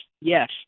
yes